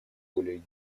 более